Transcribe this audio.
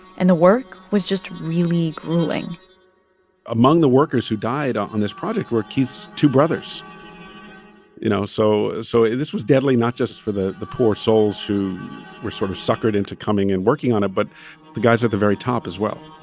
and the work was just really grueling among the workers who died on this project were keith's two brothers you know so so this was deadly not just for the the poor souls who were sort of suckered into coming and working on it but the guys at the very top, as well